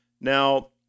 Now